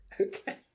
okay